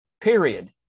Period